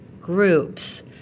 groups